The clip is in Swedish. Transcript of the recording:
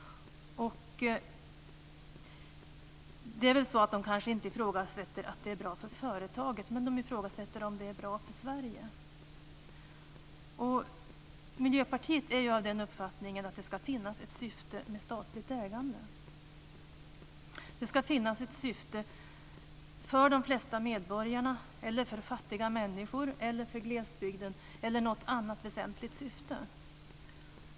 De kanske inte ifrågasätter att det är bra för företaget, men de ifrågasätter om det är bra för Sverige. Miljöpartiet är av uppfattningen att det ska finnas ett syfte med statligt ägande. Det ska finnas ett syfte för de flesta medborgarna, eller för fattiga människor, eller för glesbygden eller något annat väsentligt.